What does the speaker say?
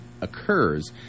occurs